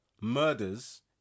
murders